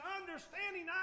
understanding